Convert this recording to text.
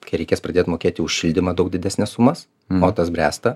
kai reikės pradėti mokėti už šildymą daug didesnes sumas o tas bręsta